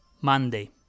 Monday